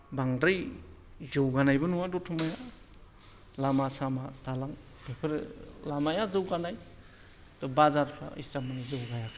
बांद्राय जौगानायबो नङा दतमाया लामा सामा दालां बेफोरो लामाया जौगानाय दा बाजारफ्रा इस्सामते जौगायाखै